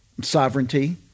sovereignty